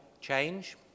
change